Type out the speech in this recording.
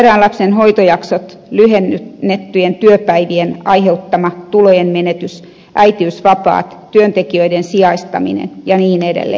sairaan lapsen hoitojaksot lyhennettyjen työpäivien aiheuttama tulojen menetys äitiysvapaat työntekijöiden sijaistaminen ja niin edelleen